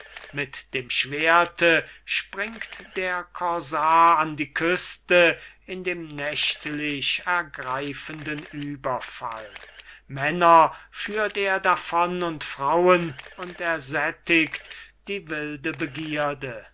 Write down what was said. mit dem schwerte springt der corsar an die küste in dem nächtlich ergreifenden überfall männer führt er davon und frauen und ersättigt die wilde begierde